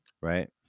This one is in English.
right